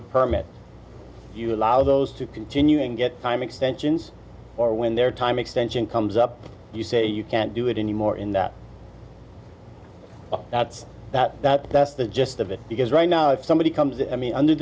a permit you allow those to continue and get time extensions or when their time extension comes up you say you can't do it anymore in that ads that that that's the gist of it because right now if somebody comes under